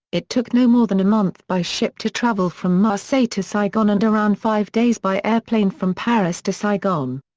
it took no more than a month by ship to travel from marseille to saigon and around five days by airplane from paris to saigon.